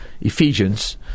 Ephesians